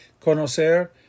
Conocer